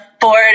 board